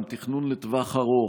עם תכנון לטווח ארוך,